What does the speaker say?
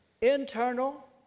internal